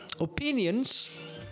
opinions